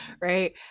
right